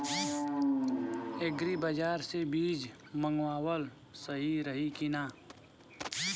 Agri बाज़ार से बीज मंगावल सही रही की ना?